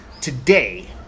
Today